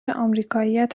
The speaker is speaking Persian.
آمریکاییات